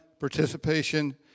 participation